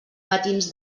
matins